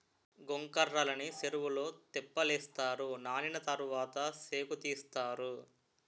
గొంకర్రలని సెరువులో తెప్పలేస్తారు నానిన తరవాత సేకుతీస్తారు